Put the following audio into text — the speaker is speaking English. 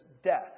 Death